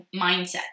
mindset